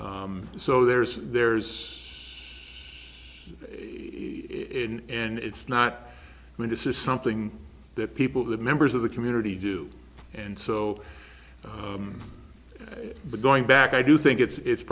so there's there's in and it's not i mean this is something that people the members of the community do and so but going back i do think it's